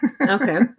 Okay